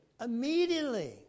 immediately